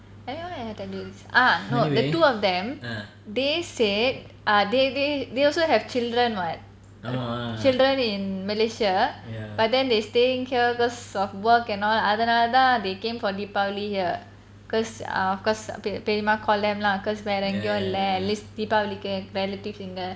anyone ever tell you this ah no the two of them they said ah they they they also have children [what] children in malaysia but then they staying here cause of work and all அதுனால தான்:adhunala thaan they came for deepavali here cause ah cause பெரியம்மா:periyamma call them lah cause வேற எங்கயும் இல்ல தீபாவளிக்கு வேலைக்கு சேர்ந்தேன்:vera engeum illa deepavaliku velaiku sernthen